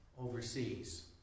overseas